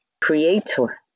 creator